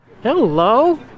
Hello